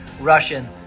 Russian